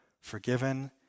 forgiven